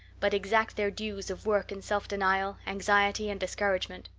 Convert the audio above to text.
but exact their dues of work and self-denial, anxiety and discouragement.